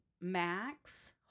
Max